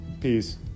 Peace